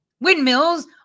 Windmills